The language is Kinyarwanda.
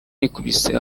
yikubise